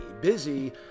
busy